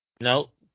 Nope